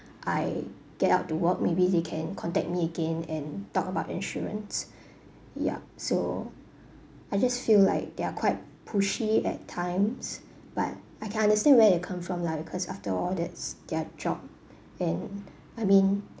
I get out to work maybe they can contact me again and talk about insurance ya so I just feel like they're quite pushy at times but I can understand where they come from lah because after all that's their job and I mean